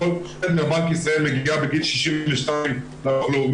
העובדת בבנק ישראל מגיעה בגיל 62 לביטוח לאומי,